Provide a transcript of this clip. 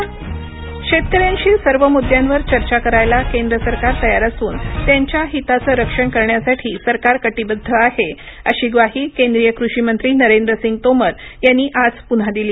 शेतकरी चर्चा शेतकऱ्यांशी सर्व मुद्यांवर चर्चा करायला केंद्र सरकार तयार असून त्यांच्या हिताचं रक्षण करण्यासाठी सरकार कटिबद्ध आहे अशी ग्वाही केंद्रीय कृषिमंत्री नरेंद्र सिंग तोमर यांनी आज पुन्हा दिली